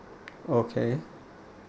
okay